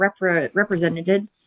represented